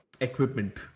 equipment